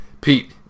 Pete